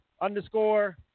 underscore